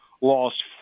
lost